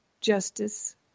justice